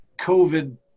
COVID